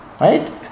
right